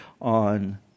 on